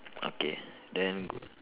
okay then